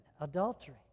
adultery